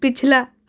پچھلا